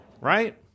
Right